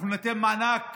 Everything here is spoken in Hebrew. אנחנו ניתן מענק